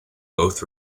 both